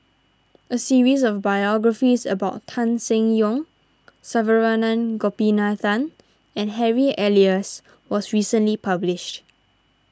a series of biographies about Tan Seng Yong Saravanan Gopinathan and Harry Elias was recently published